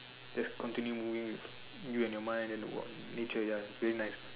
just continue moving with you and your mind and the what nature ya very nice